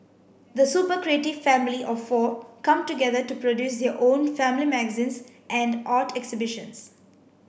the super creative family of four come together to produce their own family magazines and art exhibitions